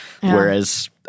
Whereas